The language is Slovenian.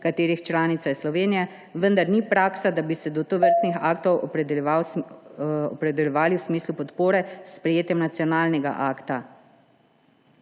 katerih članica je Slovenija, vendar ni praksa, da bi se do tovrstnih aktov opredeljevali v smislu podpore s sprejetjem nacionalnega akta.